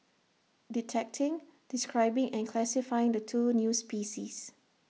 detecting describing and classifying the two new species